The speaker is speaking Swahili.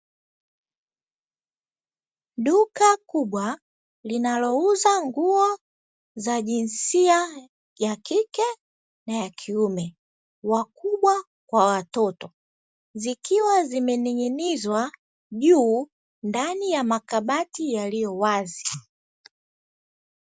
Duka kubwa linalouza nguo za jinsia ya kike na ya kiume, wakubwa kwa watoto. Zikiwa zimening'inizwa juu ya makabati yaliyowazi.